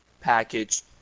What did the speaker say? package